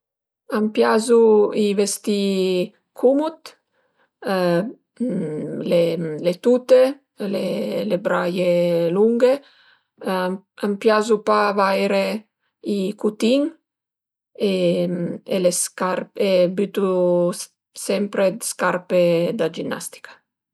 A m'piazu i vestì cumud le le tute, le braie lunghe, a m'piazu pa vaire i cutin e le scarpe e bütu sempre d' scarpe da ginnastica